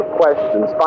questions